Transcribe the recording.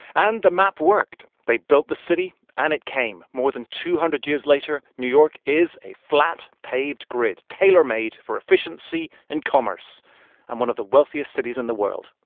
and the map worked. they built the city, and it came. more than two hundred years later, new york is a flat, paved grid, tailor-made for efficiency and commerce and one of the wealthiest cities in the world.